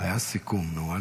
היה סיכום, נו.